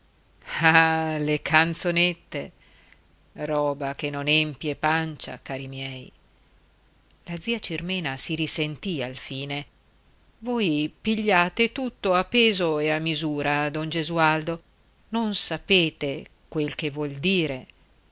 ah le canzonette roba che non empie pancia cari miei la zia cirmena si risentì alfine voi pigliate tutto a peso e a misura don gesualdo non sapete quel che vuol dire